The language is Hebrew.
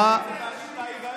את ההיגיון.